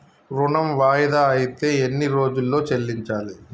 ఋణం వాయిదా అత్తే ఎన్ని రోజుల్లో చెల్లించాలి?